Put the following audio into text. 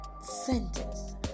sentence